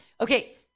Okay